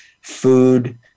food